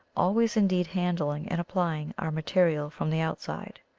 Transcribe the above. always indeed han dling and applying our material from the outside.